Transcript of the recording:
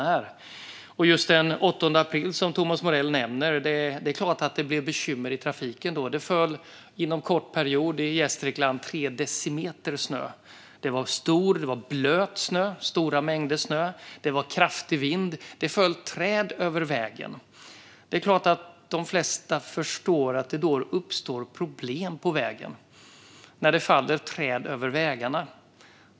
Thomas Morell nämner den 8 april. Det är klart att det blev bekymmer i trafiken då. I Gästrikland föll det inom en kort period tre decimeter snö. Det var stora mängder blöt snö, och det var kraftig vind. Det föll träd över vägen. De flesta förstår att det uppstår problem när det faller träd över vägarna.